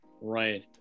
right